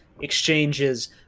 exchanges